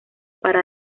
para